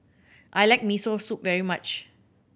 I like Miso Soup very much